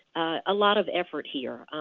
a lot of effort here.